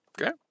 Okay